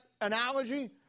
analogy